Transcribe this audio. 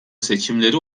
seçimleri